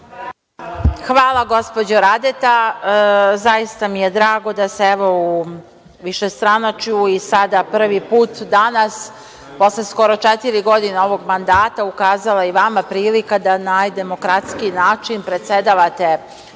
Hvala, gospođo Radeta. Zaista mi je drago da se evo u višestranačju i sada prvi put danas, posle skoro četiri godine ovog mandata ukazala i vama prilika na najdemokratskiji način predsedavate